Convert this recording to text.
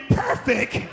perfect